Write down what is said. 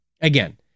Again